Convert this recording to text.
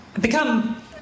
become